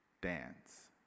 dance